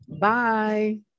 Bye